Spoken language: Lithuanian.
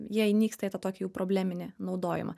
jei įnyksta į tą tokį jau probleminį naudojimą